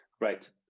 Right